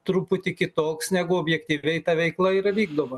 truputį kitoks negu objektyviai ta veikla yra vykdoma